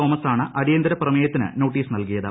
തോമസാണ് അടിയന്തര പ്രമേയത്തിന് നോട്ടീസ് നൽകിയത്